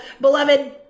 beloved